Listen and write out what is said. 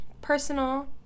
Personal